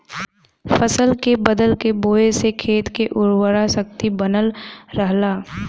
फसल के बदल के बोये से खेत के उर्वरा शक्ति बनल रहला